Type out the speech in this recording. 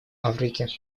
африки